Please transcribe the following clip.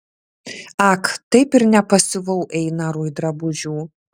ak taip ir nepasiuvau einarui drabužių